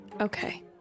Okay